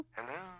Hello